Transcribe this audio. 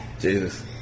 Jesus